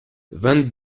vingt